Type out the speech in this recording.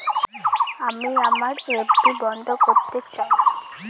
আমি আমার এফ.ডি বন্ধ করতে চাই